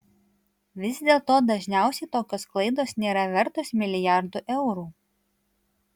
vis dėlto dažniausiai tokios klaidos nėra vertos milijardų eurų